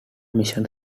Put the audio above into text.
mission